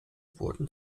wurden